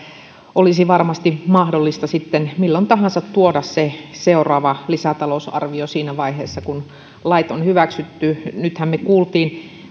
olisi varmasti mahdollista milloin tahansa tuoda se seuraava lisätalousarvio siinä vaiheessa kun lait on hyväksytty me kuulimme